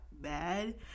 bad